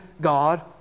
God